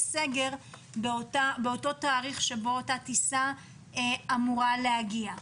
סגר באותו תאריך שבה אותה טיסה הייתה אמורה להגיע.